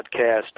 podcast